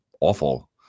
awful